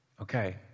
Okay